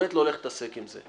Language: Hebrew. באמת אני לא הולך להתעסק עם זה.